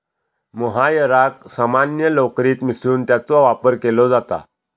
मोहायराक सामान्य लोकरीत मिसळून त्याचो वापर केलो जाता